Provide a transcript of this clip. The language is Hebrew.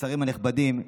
והשרים הנכבדים,